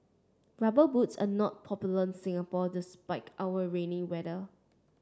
rubber boots are not popular in Singapore despite our rainy weather